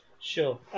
Sure